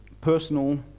personal